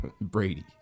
brady